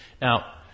Now